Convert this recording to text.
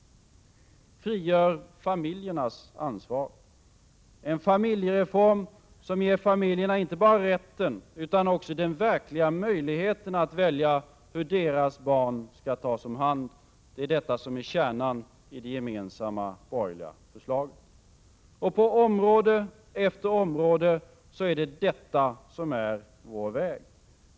Frigör familjernas ansvar — en familjereform som ger familjerna inte bara rätten utan också den verkliga möjligheten att välja hur barnen skall tas om hand. Det är detta som är kärnan i det gemensamma borgerliga förslaget. På område efter område är detta vår väg.